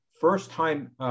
first-time